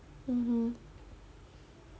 mmhmm